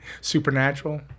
Supernatural